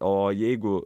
o jeigu